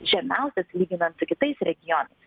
žemiausias lyginant su kitais regionais